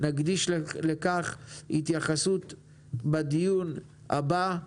נקדיש לכך התייחסות בדיון הבא.